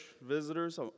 visitors